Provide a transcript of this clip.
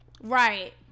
Right